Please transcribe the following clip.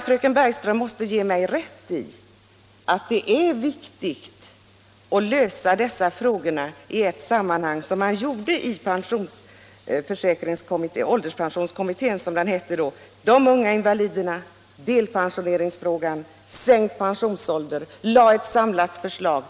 Fröken Bergström måste ge mig rätt i att det är viktigt att lösa dessa problem i ett sammanhang, vilket pensionsålderskommittén gjorde. Den behandlade frågan om de unga invaliderna, delpensioneringsfrågan och frågan om sänkt pensionsålder samt framlade ett samlat förslag.